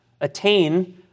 attain